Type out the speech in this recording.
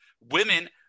women